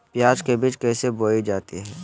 प्याज के बीज कैसे बोई जाती हैं?